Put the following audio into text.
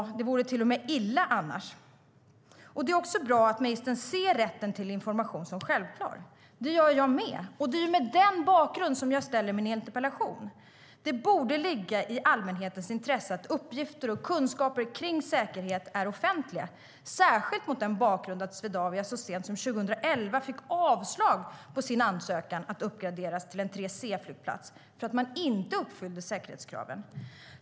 Det vore till och med illa annars. Det är också bra att ministern ser rätten till information som självklar. Det gör jag med. Det är mot den bakgrunden som jag ställer min interpellation. Det borde ligga i allmänhetens intresse att uppgifter och kunskaper om säkerhet är offentliga, särskilt mot bakgrund av att Swedavia så sent som 2011 fick avslag på sin ansökan om att uppgradera Bromma till en 3C-flygplats för att man inte uppfyllde säkerhetskraven.